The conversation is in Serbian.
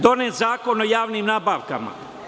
Donet Zakon o javnim nabavkama.